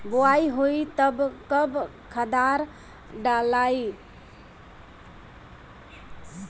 बोआई होई तब कब खादार डालाई?